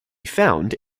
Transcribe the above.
found